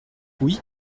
oui